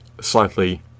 slightly